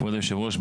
כבוד היושב ראש,